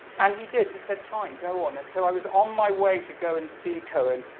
and he did. he said, fine. go on. and so, i was on my way to go and see cohen,